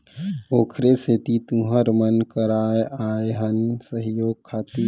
ओखरे सेती तुँहर मन करा आए हन सहयोग खातिर